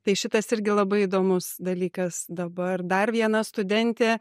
tai šitas irgi labai įdomus dalykas dabar dar viena studentė